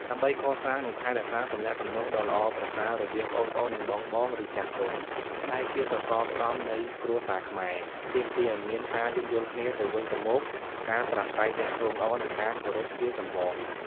ដើម្បីកសាង និងថែរក្សាទំនាក់ទំនងដ៏ល្អប្រសើររវាងប្អូនៗ និងបងៗ ឬចាស់ទុំ ដែលជាសរសរស្តម្ភនៃគ្រួសារខ្មែរ ទាមទារឱ្យមាន ការយោគយល់គ្នាទៅវិញទៅមក ការប្រាស្រ័យទាក់ទងល្អ និងការគោរពជាចម្បង។